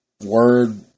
word